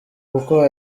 kuko